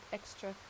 extra